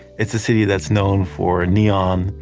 it's a city that's known for neon.